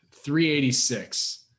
386